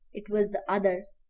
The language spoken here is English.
it was the other,